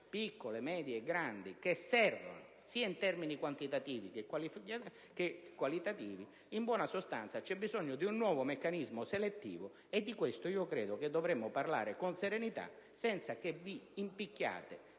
piccole, medie e grandi imprese, sia in termini quantitativi che qualitativi. In buona sostanza c'è bisogno di un nuovo meccanismo selettivo. Di questo credo che dovremmo parlare con serenità, senza che vi impicchiate,